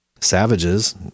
Savages